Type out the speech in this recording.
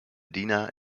diener